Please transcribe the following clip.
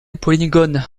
polygone